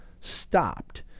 stopped